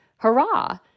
Hurrah